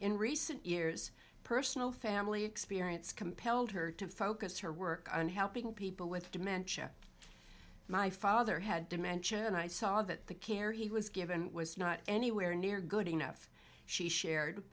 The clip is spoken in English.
in recent years personal family experience compelled her to focus her work on helping people with dementia my father had dementia and i saw that the care he was given was not anywhere near good enough she shared